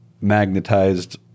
magnetized